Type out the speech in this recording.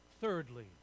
Thirdly